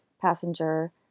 passenger